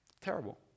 Terrible